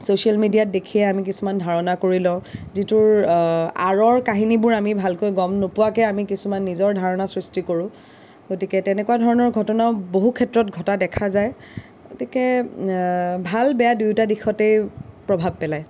social মেডিয়াত দেখিয়ে আমি কিছুমান ধাৰণা কৰি লওঁ যিটোৰ আঁৰৰ কাহিনীবোৰ আমি ভালকৈ গম নোপোৱাকে আমি কিছুমান নিজৰ ধাৰণা সৃষ্টি কৰোঁ গতিকে তেনেকুৱা ধৰণৰ ঘটনাও বহু ক্ষেত্ৰত ঘটা দেখা যায় গতিকে ভাল বেয়া দুয়োটা দিশতেই প্ৰভাৱ পেলায়